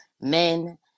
men